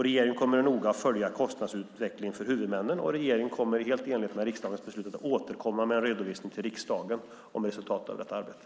Regeringen kommer även noga att följa kostnadsutvecklingen för huvudmännen och kommer helt i enlighet med riksdagens beslut att återkomma med en redovisning till riksdagen om resultatet av detta arbete.